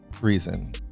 reason